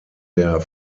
der